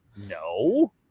no